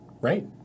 Right